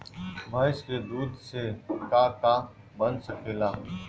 भइस के दूध से का का बन सकेला?